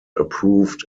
approved